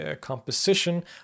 composition